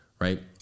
right